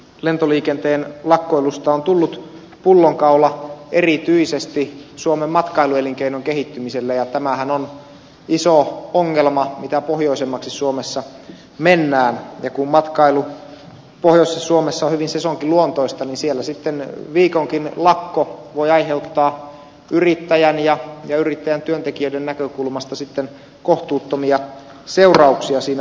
lentoliikenteen lakkoilusta on tullut pullonkaula erityisesti suomen matkailuelinkeinon kehittymiselle ja tämähän on sitä isompi ongelma mitä pohjoisemmaksi suomessa mennään ja kun matkailu pohjoisessa suomessa on hyvin sesonkiluontoista niin siellä sitten viikonkin lakko voi aiheuttaa yrittäjän ja yrittäjän työntekijöiden näkökulmasta kohtuuttomia seurauksia siinä vuodenkierrossa